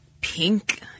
pink